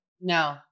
No